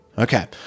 Okay